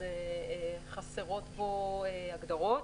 חסרות בו הגדרות,